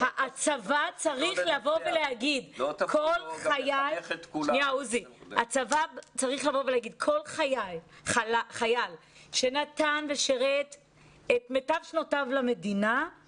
הצבא צריך להגיד: כל חייל שנתן את מיטב שנותיו למדינה ושירת בה,